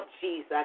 Jesus